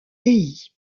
pays